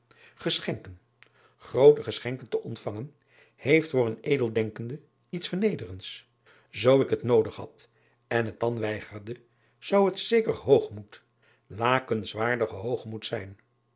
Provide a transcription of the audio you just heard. eschenken groote geschenken te ontvangen heeft voor een edeldenkenden iets vernederends oo ik het noodig had en het dan weigerde zou het zeker hoogmoed lakenswaardige hoogmoed zijn